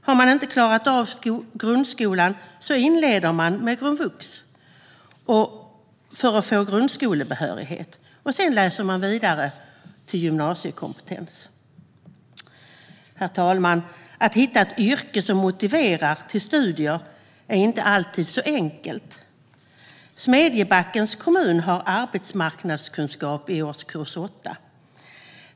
Om man inte har klarat av grundskolan inleder man med grundvux för att få grundskolebehörighet och läser sedan vidare för att få gymnasiekompetens. Herr talman! Att hitta ett yrke som motiverar till studier är inte alltid så enkelt. Smedjebackens kommun har arbetsmarknadskunskap i årskurs 8.